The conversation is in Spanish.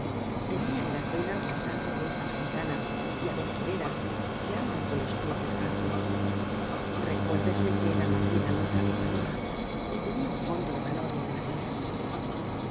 tenia en las venas la sangre de esas gitanas y aventureras que andan con los pies descalzos recuérdese que era mas bien alondra que paloma y tenia un fondo de valor y energía